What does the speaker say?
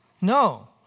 No